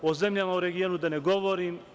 O zemljama u regionu da ne govorim.